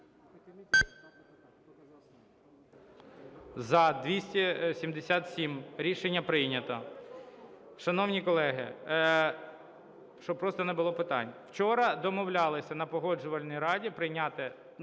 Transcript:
За-277 Рішення прийнято. Шановні колеги, щоб просто не було питань, вчора домовлялися на Погоджувальній раді прийняти...